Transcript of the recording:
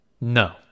no